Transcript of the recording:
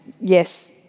yes